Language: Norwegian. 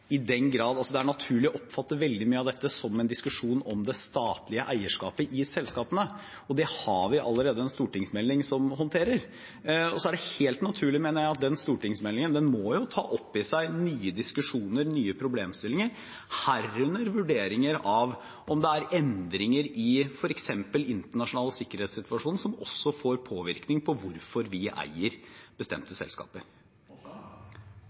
statlige eierskapet i selskapene, og det har vi allerede en stortingsmelding som håndterer. Det er helt naturlig, mener jeg, at den stortingsmeldingen tar opp i seg nye diskusjoner, nye problemstillinger, herunder vurderinger av om det er endringer i f.eks. den internasjonale sikkerhetssituasjonen som også får påvirkning på hvorfor vi eier